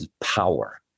power